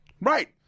Right